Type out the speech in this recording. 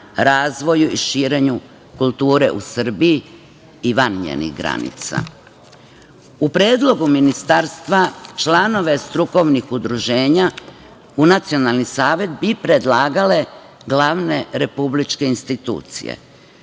i širenju kulture u Srbiji i van njenih granica.U predlogu Ministarstva članove strukovnih udruženja u Nacionalni savet bi predlagale glavne republičke institucije,